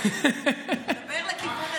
דבר לכיוון הזה.